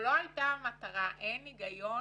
אין היגיון